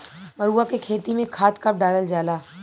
मरुआ के खेती में खाद कब डालल जाला?